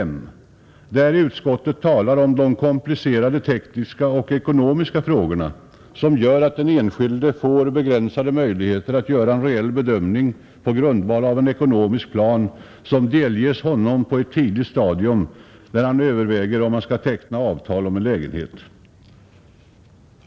Där talar utskottet om de komplicerade tekniska och ekonomiska frågorna, som gör att den enskilde får begränsade möjligheter att göra en reell bedömning på grundval av en ekonomisk plan som delges honom på ett tidigt stadium, när han överväger om han skall teckna avtal om en lägenhet.